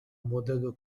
młodego